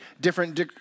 different